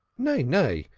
nay, nay,